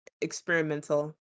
experimental